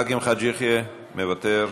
יחיא, מוותר,